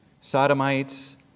sodomites